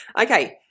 Okay